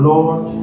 Lord